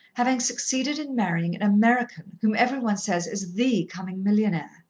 having succeeded in marrying an american whom every one says is the coming millionaire.